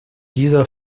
dieser